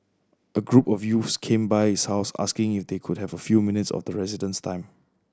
a group of youth came by his house asking if they could have a few minutes of the resident's time